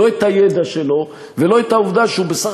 לא את הידע שלו ולא את העובדה שהוא בסך